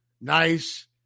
nice